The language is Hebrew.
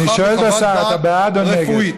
אני שואל את השר, אתה בעד או נגד?